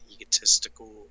egotistical